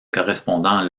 correspondants